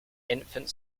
infant